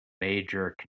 major